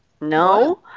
No